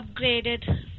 upgraded